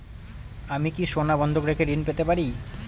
আমি কি সোনা বন্ধক রেখে ঋণ পেতে পারি?